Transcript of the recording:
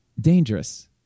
Dangerous